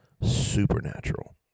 supernatural